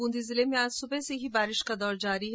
बूंदी जिले में आज सुबह से ही बारिश का दौर जारी है